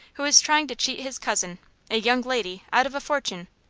who is trying to cheat his cousin a young lady out of a fortune.